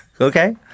Okay